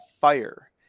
fire